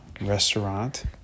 Restaurant